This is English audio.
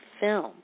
film